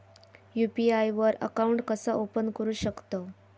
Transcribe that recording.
UPI वर account कसा open करू शकतव?